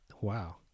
wow